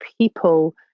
people